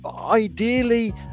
Ideally